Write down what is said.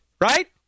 right